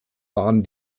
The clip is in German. waren